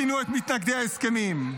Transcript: כינו את מתנגדי ההסכמים.